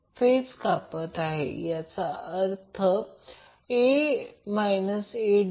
तर जर x g XL म्हटले तर याचा अर्थ x g XL 0